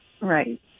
Right